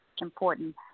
important